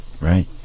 Right